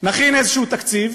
נכין איזשהו תקציב,